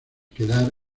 quedar